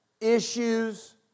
issues